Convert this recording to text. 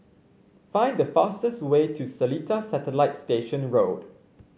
find the fastest way to Seletar Satellite Station Road